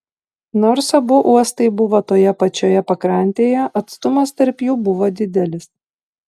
nors abu uostai buvo toje pačioje pakrantėje atstumas tarp jų buvo didelis